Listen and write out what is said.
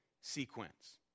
sequence